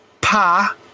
Pa